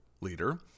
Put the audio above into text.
leader